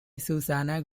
susannah